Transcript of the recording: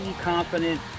confident